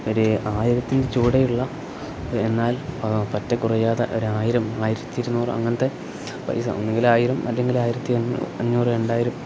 ഒരു ആയിരത്തിന് ചൂവടെയുള്ള എന്നാൽ പറ്റ കുറയാതെ ഒരായിരം ആയിരത്തി ഇരുന്നൂറ് അങ്ങനത്തെ പൈസ ഒന്നെങ്കിൽ ആയിരം അല്ലെങ്കിൽ ആയിരത്തി അഞ്ഞൂറ് രണ്ടായിരം